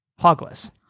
hogless